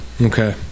Okay